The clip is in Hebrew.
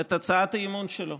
את הצעת האי-אמון שלו